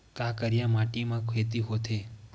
का करिया माटी म खेती होथे?